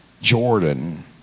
Jordan